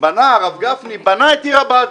הרב גפני, בנה את עיר הבה"דים.